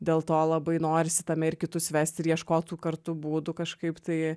dėl to labai norisi tame ir kitus vesti ir ieškot tų kartu būdų kažkaip tai